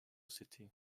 city